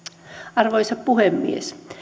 arvoisa puhemies